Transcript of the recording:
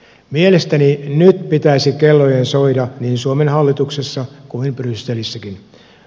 mielestäni nyt pitäisi kellojen soida niin suomen hallituksessa kuin brysselissäkin